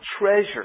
treasure